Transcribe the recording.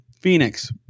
Phoenix